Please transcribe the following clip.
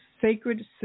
sacred